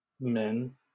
men